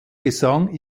gesang